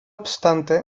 obstante